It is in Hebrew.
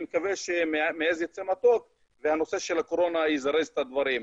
אני מקווה שמעז יצא מתוק והקורונה תזרז את הדברים.